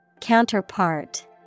Counterpart